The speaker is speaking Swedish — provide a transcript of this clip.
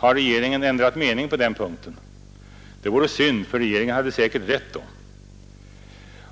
Har regeringen ändrat mening på den punkten? Det vore synd för regeringen hade säkert rätt då.